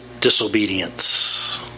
disobedience